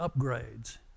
upgrades